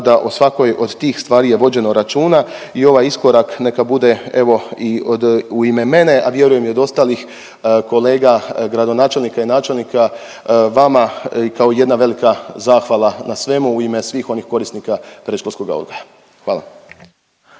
da o svakoj od tih stvari je vođeno računa i ovaj iskorak neka bude evo i od u ime mene, a vjerujem i od ostalih kolega gradonačelnika i načelnika vama kao jedna velika zahvala na svemu u ime svih onih korisnika predškolskoga odgoja. Hvala.